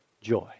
joy